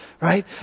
right